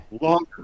Longer